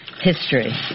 history